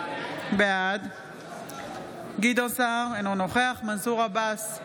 בעד גדעון סער, אינו נוכח מנסור עבאס,